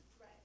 Right